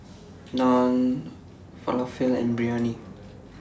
Naan Falafel and Biryani